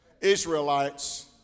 Israelites